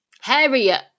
Harriet